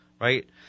Right